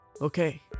Okay